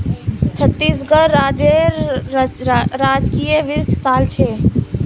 छत्तीसगढ़ राज्येर राजकीय वृक्ष साल छे